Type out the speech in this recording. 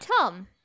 Tom